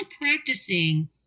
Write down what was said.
practicing